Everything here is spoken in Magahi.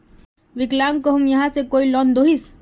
विकलांग कहुम यहाँ से कोई लोन दोहिस?